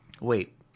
Wait